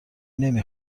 نمی